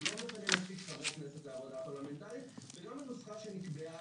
הוא לא מחייב --- חברי כנסת לעבודה פרלמנטארית וגם הנוסחה שנקבעה,